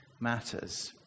matters